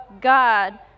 God